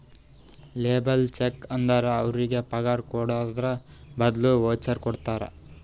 labour check ಅಂದುರ್ ಅವ್ರಿಗ ಪಗಾರ್ ಕೊಡದ್ರ್ ಬದ್ಲಿ ವೋಚರ್ ಕೊಡ್ತಾರ